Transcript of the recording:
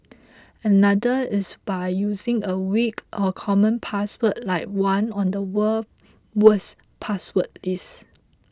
another is by using a weak or common password like one on the world's worst password list